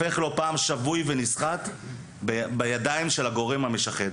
הופך לא פעם שבוי ונסחט בידי הגורם המשחד.